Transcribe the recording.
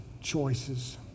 choices